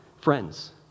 friends